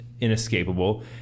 inescapable